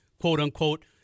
quote-unquote